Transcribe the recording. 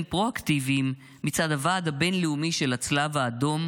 פרו-אקטיביים מצד הוועד הבין-לאומי של הצלב האדום,